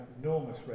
enormous